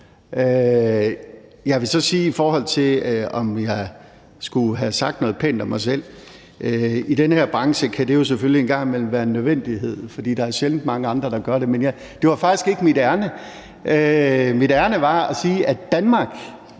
Jeg vil så sige, i forhold til om jeg skulle have sagt noget pænt om mig selv, at i den her branche kan det jo selvfølgelig en gang imellem være en nødvendighed, for der er sjældent mange andre, der gør det. Men det var faktisk ikke mit ærinde. Mit ærinde var at sige, at Danmark